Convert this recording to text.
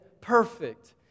Perfect